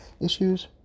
issues